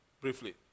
briefly